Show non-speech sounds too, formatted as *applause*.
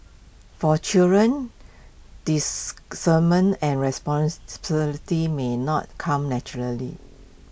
for children discernment and *unintelligible* may not come naturally